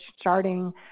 starting